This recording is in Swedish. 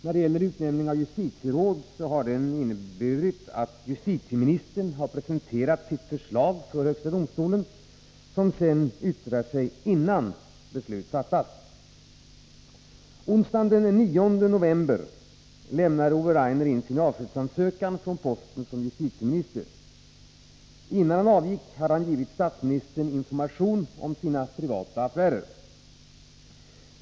När det gäller utnämningen av justitieråd har den inneburit att justitieministern har presenterat sitt förslag för högsta domstolen, som sedan yttrar sig innan beslut fattas. Onsdagen den 9 november lämnade Ove Rainer in sin ansökan om avsked från posten som justitieminister. Innan han avgick hade han givit statsministern information om sina privata affärer.